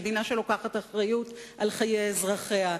מדינה שלוקחת אחריות על חיי אזרחיה,